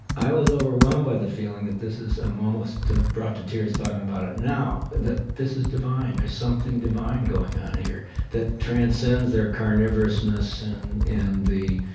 i was overwhelmed by the feeling that this is i'm almost ah brought to tears talking about it now that this is divine there's something divine going on here that transcends their carnivorousness and and the,